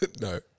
No